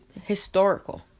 historical